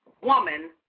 woman